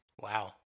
Wow